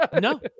No